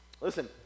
Listen